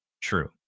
true